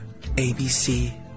ABC